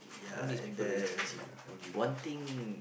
ya and the one thing